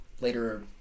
later